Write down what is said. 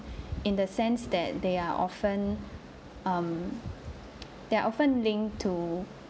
in the sense that they are often um there are often linked to